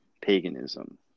paganism